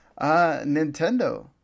Nintendo